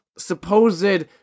supposed